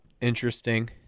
interesting